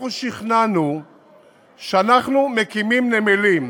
אנחנו שכנענו שאנחנו מקימים נמלים.